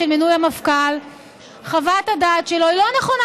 מינוי המפכ"ל חוות הדעת שלו לא נכונה.